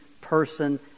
person